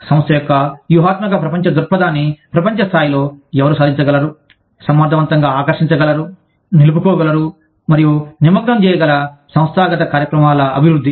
సంస్థ యొక్క వ్యూహాత్మక ప్రపంచ దృక్పథాన్ని ప్రపంచ స్థాయిలో ఎవరు సాధించగలరు సమర్థవంతంగా ఆకర్షించగలరు నిలుపుకోగలరు మరియు నిమగ్నం చేయగల సంస్థాగత కార్యక్రమాల అభివృద్ధి